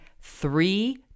Three